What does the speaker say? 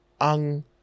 ang